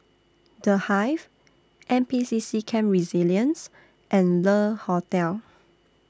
The Hive N P C C Camp Resilience and Le Hotel